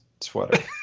sweater